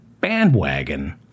bandwagon